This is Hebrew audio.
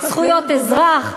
זכויות אזרח,